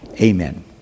Amen